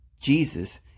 Jesus